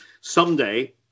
someday